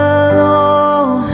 alone